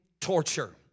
torture